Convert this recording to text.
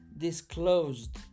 disclosed